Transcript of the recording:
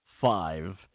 five